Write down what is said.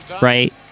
right